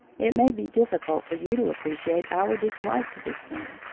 it may be difficult for you to appreciate our dislike to this name,